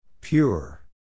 pure